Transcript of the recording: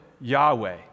Yahweh